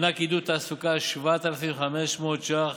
מענק עידוד תעסוקה, 7,500 ש"ח